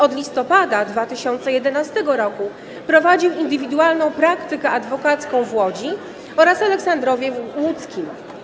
Od listopada 2011 r. prowadził indywidualną praktykę adwokacką w Łodzi oraz Aleksandrowie Łódzkim.